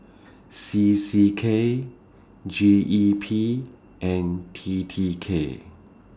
C C K G E P and T T K